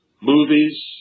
movies